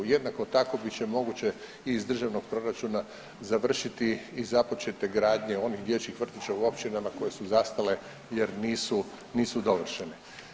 Jednako tako bit će moguće i iz državnog proračuna završiti i započete gradnje onih dječjih vrtića u općinama koje su zastale jer nisu dovršene.